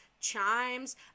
chimes